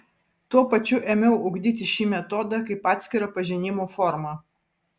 tuo pačiu ėmiau ugdyti šį metodą kaip atskirą pažinimo formą